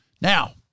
Now